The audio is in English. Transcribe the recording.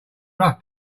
rough